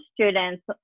students